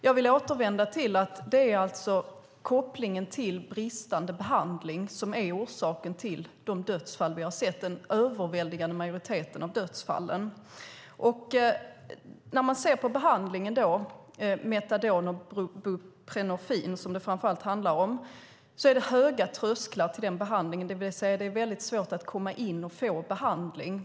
Jag återvänder till kopplingen till bristande behandling som är orsaken till den överväldigande majoriteten av dödsfallen. Det är höga trösklar till behandlingen med metadon och buprenorfin, som det framför allt handlar om - det är svårt att få behandling.